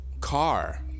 Car